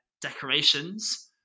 decorations